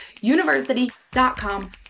University.com